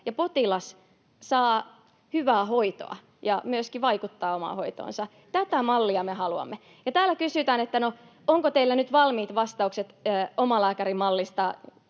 potilas saa hyvää hoitoa ja myöskin vaikuttaa omaan hoitoonsa. Tätä mallia me haluamme. Kun täällä kysytään, että no, onko teillä nyt valmiit vastaukset omalääkärimallista,